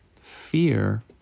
fear